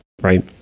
right